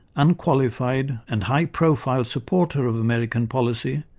unqualified and high profile supporter of american policy,